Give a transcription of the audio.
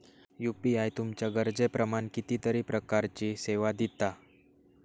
UPI तुमच्या गरजेप्रमाण कितीतरी प्रकारचीं सेवा दिता